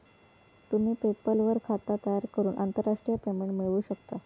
तुम्ही पेपल वर खाता तयार करून आंतरराष्ट्रीय पेमेंट मिळवू शकतास